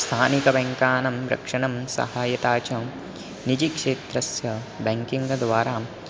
स्थानिकबैङ्कानं रक्षणं सहायता च निजिक्षेत्रस्य बेङ्किङ्ग्द्वारा